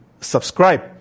subscribe